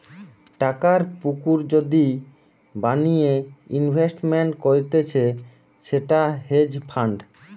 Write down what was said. টাকার পুকুর যদি বানিয়ে ইনভেস্টমেন্ট করতিছে সেটা হেজ ফান্ড